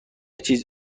چیز